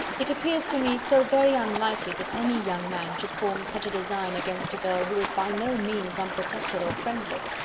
it appears to me so very unlikely that any young man should form such a design against a girl who is by no means unprotected or friendless,